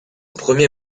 premier